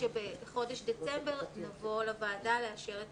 שבחודש דצמבר נבוא לוועדה לאשר.